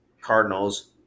Cardinals